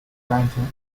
granting